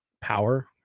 power